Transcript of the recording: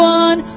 one